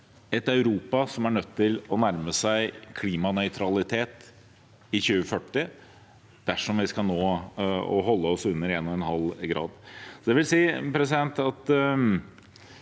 Europa er nødt til å nærme seg klimanøytralitet i 2040 dersom vi skal nå og holde oss under 1,5 grad. Det vil si at